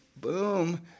boom